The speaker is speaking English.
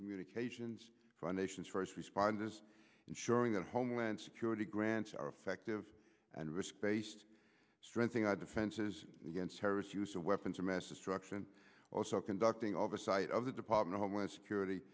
communications for nation's first responders ensuring that homeland security grants are effective and risk based strengthening our defenses against terrorists use of weapons of mass destruction also conducting oversight of the department of homeland security